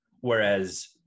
Whereas